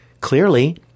Clearly